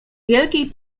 wielkiej